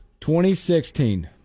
2016